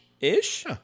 Ish